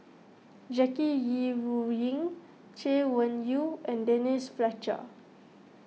Jackie Yi Ru Ying Chay Weng Yew and Denise Fletcher